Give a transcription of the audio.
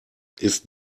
ist